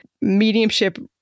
mediumship